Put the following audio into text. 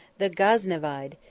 the gaznevide,